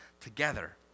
together